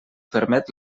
permet